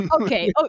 okay